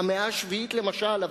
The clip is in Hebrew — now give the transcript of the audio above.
המאה השביעית למשל,